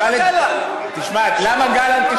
כדי שהאלוף שקדי לא יתמודד עם, מה קרה לגלנט?